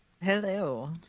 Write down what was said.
Hello